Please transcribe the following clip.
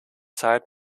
zeit